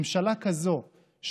ממשלה כזאת,